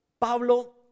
Pablo